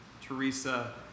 Teresa